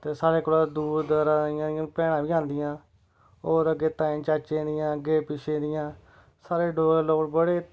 ते साढ़े कोह्लां दूर दराज इ'यां इ'यां भैना गै आंदियां अग्गै ताए चाचे दियां अग्गें पिच्छे दियां साढ़े डोगरे लोक बड़े